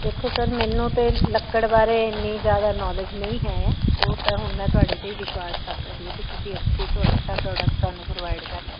ਦੇਖੋ ਸਰ ਮੈਨੂੰ ਤਾਂ ਲੱਕੜ ਬਾਰੇ ਇੰਨੀ ਜ਼ਿਆਦਾ ਨੌਲੇਜ ਨਹੀਂ ਹੈ ਉਹ ਤਾਂ ਹੁਣ ਮੈਂ ਤੁਹਾਡੇ 'ਤੇ ਵਿਸ਼ਵਾਸ ਕਰ ਸਕਦੀ ਹੈ ਕਿ ਤੁਸੀਂ ਅੱਛੇ ਤੋਂ ਅੱਛਾ ਪ੍ਰੋਡਕਟ ਸਾਨੂੰ ਪ੍ਰੋਵਾਈਡ ਕਰਨ